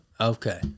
Okay